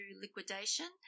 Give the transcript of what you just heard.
liquidation